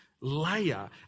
layer